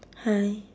hi